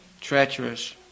treacherous